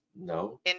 no